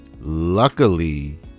Luckily